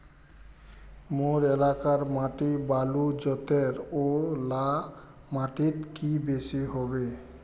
मोर एलाकार माटी बालू जतेर ओ ला माटित की बेसी हबे?